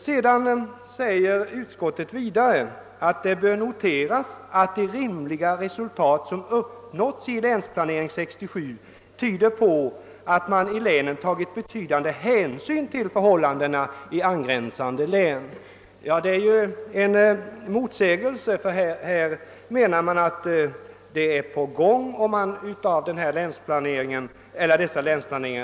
Vidare framhåller utskottet att det bör noteras att de rimliga resultat som uppnåtts i länsplanering 1967 tyder på att man i länen tagit betydande hänsyn till förhållandena i angränsande län. Detta innebär emellertid en motsägelse, eftersom utskottet tidigare menat att vi bör avvakta resultaten av länsindelningen.